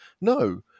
No